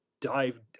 dive